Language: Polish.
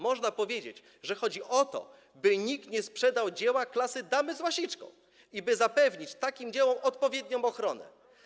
Można powiedzieć, że chodzi o to, by nikt nie sprzedał dzieła klasy „Damy z łasiczką” i by zapewnić takim dziełom odpowiednią ochronę.